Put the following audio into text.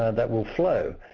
that will flow?